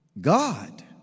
God